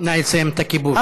נא לסיים את הכיבוש.